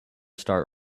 start